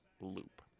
loop